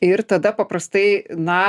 ir tada paprastai na